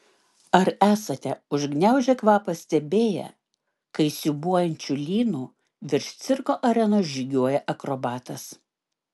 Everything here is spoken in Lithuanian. ar esate užgniaužę kvapą stebėję kai siūbuojančiu lynu virš cirko arenos žygiuoja akrobatas